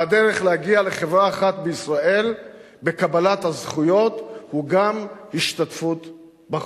והדרך להגיע לחברה אחת בישראל היא בקבלת הזכויות וגם בהשתתפות בחובות.